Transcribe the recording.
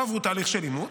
לא עברו תהליך של אימוץ,